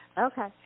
Okay